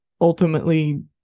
ultimately